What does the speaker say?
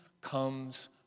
comes